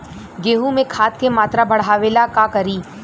गेहूं में खाद के मात्रा बढ़ावेला का करी?